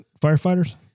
firefighters